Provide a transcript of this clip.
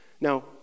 Now